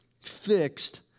fixed